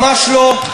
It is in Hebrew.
ממש לא,